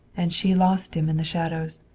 and she lost him in the shadows.